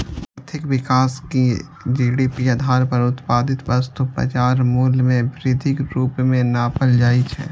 आर्थिक विकास कें जी.डी.पी आधार पर उत्पादित वस्तुक बाजार मूल्य मे वृद्धिक रूप मे नापल जाइ छै